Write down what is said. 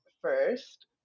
first